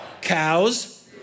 Cows